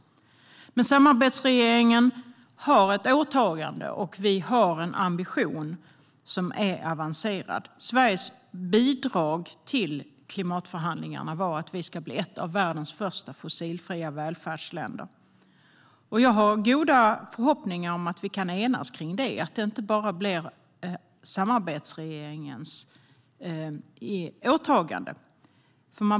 Men samarbetsregeringen har ett åtagande, och vi har en ambition som är avancerad. Sveriges bidrag till klimatförhandlingarna var att vi ska bli ett av världens första fossilfria välfärdsländer. Jag har goda förhoppningar om att vi kan enas kring det, så att det inte bara blir samarbetsregeringens åtagande.